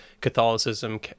Catholicism